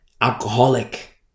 alcoholic